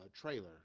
trailer